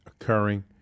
occurring